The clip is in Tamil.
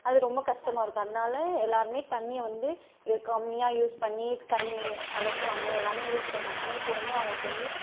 அது ரொம்ப கஷ்டமாருக்கும் அதனால எல்லாருமே தண்ணியை வந்து கம்மியாக யூஸ் பண்ணி தண்ணி அலசுவாங்க எல்லாமே யூஸ் பண்ணுவாங்க ஆனால் இப்போ வந்து அவங்குளுக்கு வந்து